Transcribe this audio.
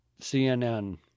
CNN